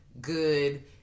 good